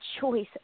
choice